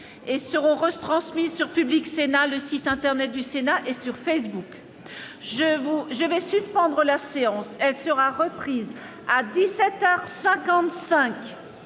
et seront retransmises sur Public Sénat, le site internet du Sénat et sur Facebook je vous je vais suspendre la séance, elle sera reprise à 17